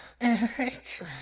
Eric